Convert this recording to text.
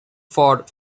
for